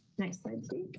next slide.